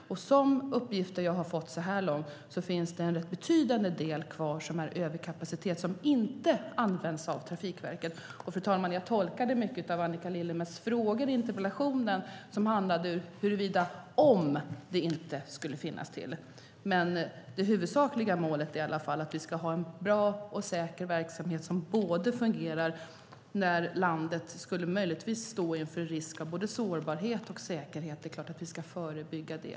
Enligt de uppgifter som jag har fått så här långt finns det en rätt betydande överkapacitet kvar som inte används av Trafikverket. Fru talman! Jag tolkade många av Annika Lillemets frågor i interpellationen som "om" det inte skulle finnas tillräcklig kapacitet. Det huvudsakliga målet är att vi ska ha en bra och säker verksamhet som fungerar om landet skulle stå inför sårbarhet. Det är klart att vi ska förebygga det.